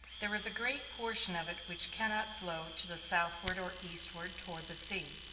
there is a great portion of it which can not flow to the southward or eastward toward the sea,